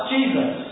Jesus